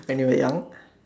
anyway I